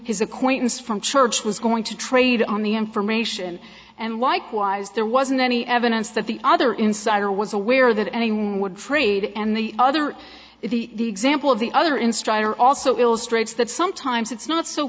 his acquaintance from church was going to trade on the information and likewise there wasn't any evidence that the other insider was aware that anyone would trade and the other is the example of the other instructor also illustrates that sometimes it's not so